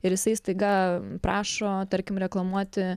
ir jisai staiga prašo tarkim reklamuoti